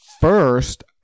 first